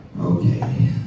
Okay